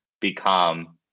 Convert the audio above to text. become